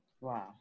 Wow